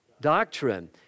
doctrine